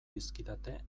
dizkidate